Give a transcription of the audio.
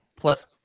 Plus